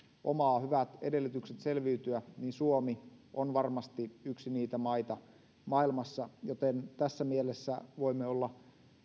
omaa hyvät edellytykset selviytyä niin suomi on varmasti yksi niitä maita maailmassa joten tässä mielessä voimme olla